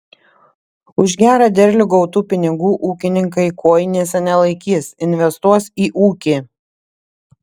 už gerą derlių gautų pinigų ūkininkai kojinėse nelaikys investuos į ūkį